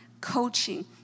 coaching